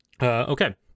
Okay